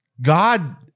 God